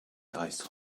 ice